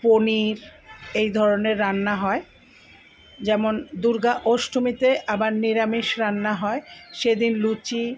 পনির এই ধরনের রান্না হয় যেমন দুর্গা অষ্টমীতে আবার নিরামিষ রান্না হয় সেদিন লুচি